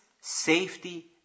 safety